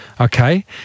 Okay